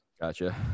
Gotcha